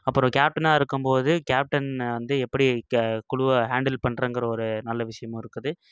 அப்பறம் கேப்டனா இருக்கும்போது கேப்டன் வந்து எப்படி குழுவை ஹேண்டில் பண்ணுறங்கற ஒரு நல்ல விஷயமும் இருக்குது